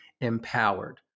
empowered